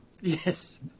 Yes